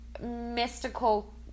mystical